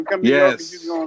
Yes